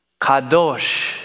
Kadosh